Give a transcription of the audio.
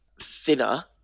thinner